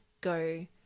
go